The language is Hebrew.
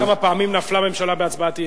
את יודעת כמה פעמים נפלה ממשלה בהצבעת אי-אמון?